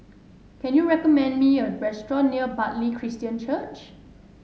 can you recommend me a restaurant near Bartley Christian Church